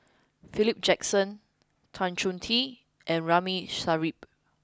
Philip Jackson Tan Choh Tee and Ramli Sarip